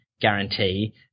guarantee